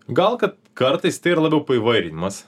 gal kad kartais tai ir labiau paįvairinimas